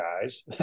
guys